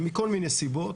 מכל מיני סיבות,